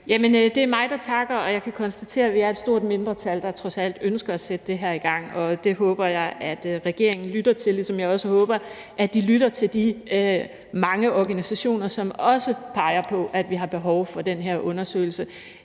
det er mig, der takker. Og jeg kan konstatere, at vi er et stort mindretal, der trods alt ønsker at sætte det her i gang. Det håber jeg at regeringen lytter til, ligesom jeg også håber, at regeringen lytter til de mange organisationer, som også peger på, at vi har behov for den her undersøgelse,